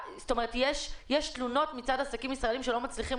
יש תלונות מצד עסקים ישראלים שלא מצליחים